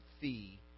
Fee